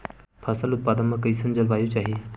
फसल उत्पादन बर कैसन जलवायु चाही?